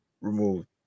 removed